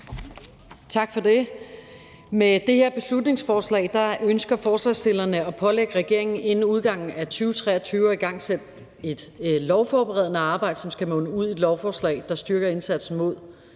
Tak for det. Med det her beslutningsforslag ønsker forslagsstillerne at pålægge regeringen at igangsætte et lovforberedende arbejde inden udgangen af 2023, som skal munde ud i et lovforslag, der styrker indsatsen mod